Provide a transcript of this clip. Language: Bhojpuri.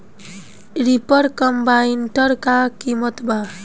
रिपर कम्बाइंडर का किमत बा?